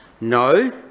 no